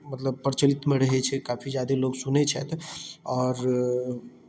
मतलब प्रचलितमे रहैत छै काफी ज्यादे लोक सुनैत छथि आओर